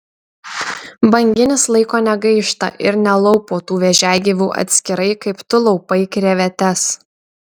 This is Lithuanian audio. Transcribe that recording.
banginis laiko negaišta ir nelaupo tų vėžiagyvių atskirai kaip tu laupai krevetes